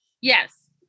Yes